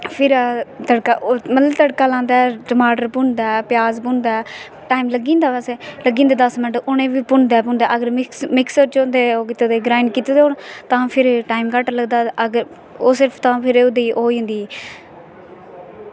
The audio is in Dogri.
फिर मतलब तड़का लांदै टमाटर भुन्नदै प्याज पुन्नदै टाईम लग्गी जंदा लग्गी जंदे दस मिंट उ'नें गी मिक्सी च ओह् कीते दे होन ग्राईंड़ कीते दे होन तां फिर टाईम घट्ट लगदा अगर ओह् तां फिर ओह् होई जंदी